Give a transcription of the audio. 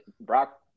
Brock